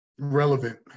relevant